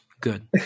Good